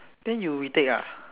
then you retake ah